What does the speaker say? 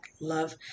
love